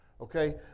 Okay